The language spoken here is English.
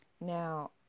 Now